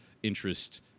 Interest